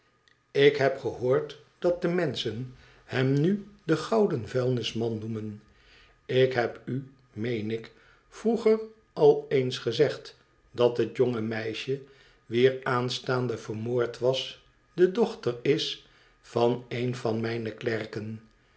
ik heb gehoord dat de menschen hem nu den gouden vuilnisman noemen ik heb u meen ik vroeger al eens gezegd dat het jonge meisje wier aanstaande vermoord was de dochter is van een van mijne klerken